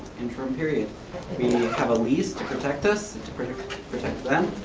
intro period. we have a lease to protect this, to protect protect them.